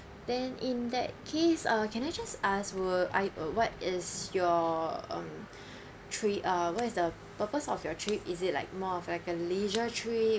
then in that case uh can I just ask will I uh what is your um trip uh what is the purpose of your trip is it like more of like a leisure trip